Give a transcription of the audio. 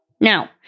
Now